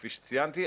כפי שציינתי,